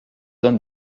donne